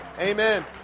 Amen